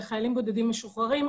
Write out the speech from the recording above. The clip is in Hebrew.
לחיילים בודדים משוחררים,